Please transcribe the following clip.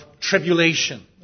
tribulation